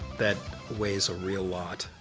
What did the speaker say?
that weighs a real lot,